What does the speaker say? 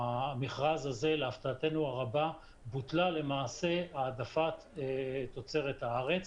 במכרז הזה להפתעתנו הרבה בוטלה למעשה העדפת תוצרת הארץ,